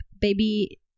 baby